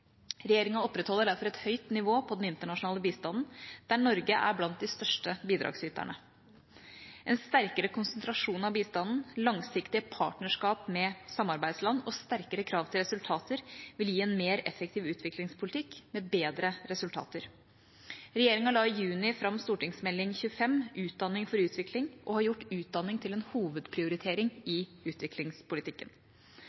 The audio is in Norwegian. Regjeringa opprettholder derfor et høyt nivå på den internasjonale bistanden, der Norge er blant de største bidragsyterne. En sterkere konsentrasjon av bistanden, langsiktige partnerskap med samarbeidsland og sterkere krav til resultater vil gi en mer effektiv utviklingspolitikk med bedre resultater. Regjeringa la i juni fram Meld. St. 25 for 2013–2014, Utdanning for utvikling, og har gjort utdanning til en hovedprioritering